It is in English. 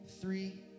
three